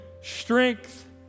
strength